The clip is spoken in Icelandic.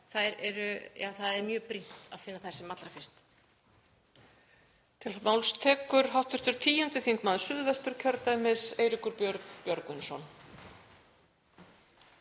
það er mjög brýnt að finna þær sem allra fyrst.